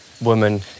woman